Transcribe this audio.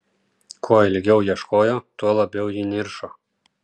kuo ilgiau ieškojo tuo labiau ji niršo